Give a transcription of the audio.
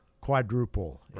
quadruple